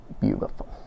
beautiful